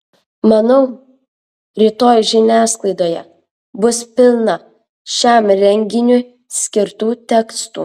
manau rytoj žiniasklaidoje bus pilna šiam renginiui skirtų tekstų